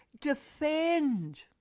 Defend